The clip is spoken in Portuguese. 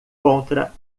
contra